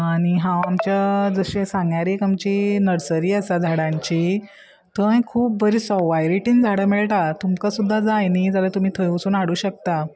आनी हांव आमच्या जशें सांग्यार एक आमची नर्सरी आसा झाडांची थंय खूब बरी सोवायिटीन झाडां मेळटा तुमकां सुद्दां जाय न्ही जाल्यार तुमी थंय वचून हाडू शकता